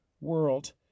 world